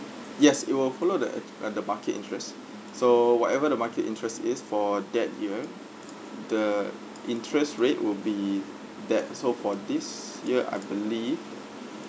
yes it will follow the uh uh the market interest so whatever the market interest is for that year the interest rate would be that so for this year I believe